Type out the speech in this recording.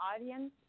audience